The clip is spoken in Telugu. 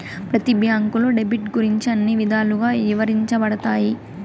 ప్రతి బ్యాంకులో డెబిట్ గురించి అన్ని విధాలుగా ఇవరించబడతాయి